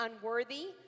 unworthy